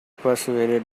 persuaded